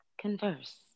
converse